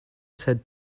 said